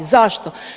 Zašto?